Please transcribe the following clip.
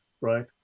right